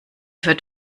für